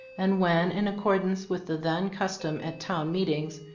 and when, in accordance with the then cus tom at town meetings,